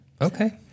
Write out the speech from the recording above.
Okay